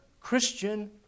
Christian